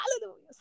Hallelujah